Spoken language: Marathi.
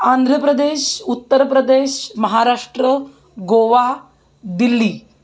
आंध्र प्रदेश उत्तर प्रदेश महाराष्ट्र गोवा दिल्ली